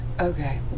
Okay